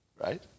right